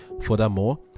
Furthermore